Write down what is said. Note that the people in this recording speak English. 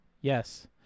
yes